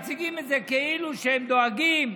מציגים את זה כאילו שהם דואגים.